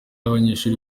y’abanyeshuri